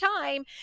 time